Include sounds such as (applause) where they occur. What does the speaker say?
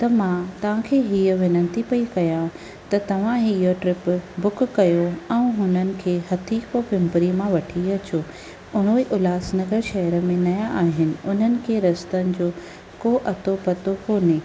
त मां तव्हांखे इहा विनती पई कयां त तव्हां हीअं ट्रिप बुक कयो ऐं हुननि खे (unintelligible) पिंपरीअ मां वठी अचो उहे उल्हासनगर शहर में नया आहिनि उन्हनि खे रस्तनि जो को अतो पतो कोने